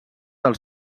del